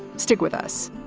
stick with us.